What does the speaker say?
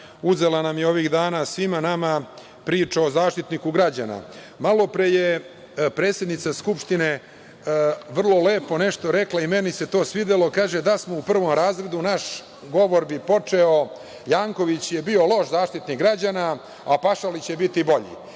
uzela nam je ovih dana svima nama priča o Zaštitniku građana. Malopre je predsednica Skupštine vrlo lepo nešto rekla i meni se to svidelo. Kaže – da smo u prvom razredu naš govor bi počeo „Janković je bio loš Zaštitnik građana, a Pašalić će biti bolji“.